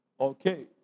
Okay